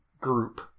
group